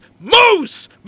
Moose